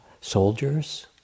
Soldiers